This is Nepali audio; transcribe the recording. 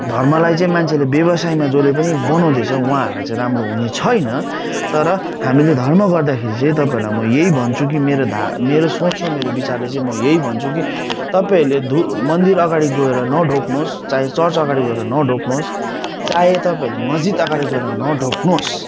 धर्मलाई चाहिँ मान्छेले व्यवसायमा जसले पनि बनाउँदैछ उहाँहरूलाई चाहिँ राम्रो हुने छैन तर हामीले धर्म गर्दाखेरि चाहिँ तपाईँहरूलाई म यही भन्छु कि मेरो धा मेरो सोच र मेरो विचारले चाहिँ यही भन्छ कि तपाईँहरूले धु मन्दिर अघाडि गएर नढोग्नु होस् चाहे चर्च अघाडि गएर नढोग्नु होस् चाहे तपाईँहरूले मस्जिद अघाडि गएर नढोग्नु होस्